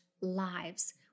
lives